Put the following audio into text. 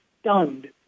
stunned